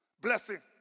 blessing